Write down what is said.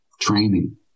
training